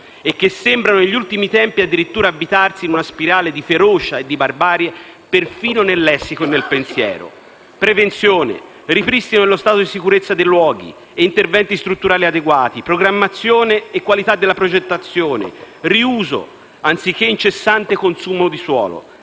e che sembrano, negli ultimi tempi, addirittura avvitarsi in una spirale di ferocia e di barbarie persino nel lessico e nel pensiero. Prevenzione, ripristino dello stato di sicurezza dei luoghi, interventi strutturali adeguati, programmazione e qualità della progettazione, riuso, anziché incessante consumo di suolo